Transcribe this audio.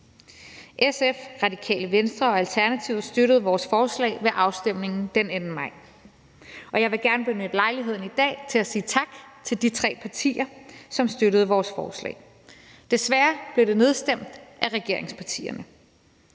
SF, Radikale Venstre og Alternativet støttede vores forslag ved afstemningen den 2. maj, og jeg vil gerne benytte lejligheden i dag til at sige tak til de tre partier, som støttede vores forslag. Desværre blev det nedstemt af regeringspartierne.